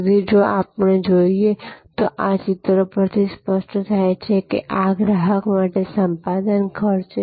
તેથી જો આપણે જોઈએ તો આ ચિત્ર પરથી સ્પષ્ટ થાય છે આ ગ્રાહક માટે સંપાદન ખર્ચ છે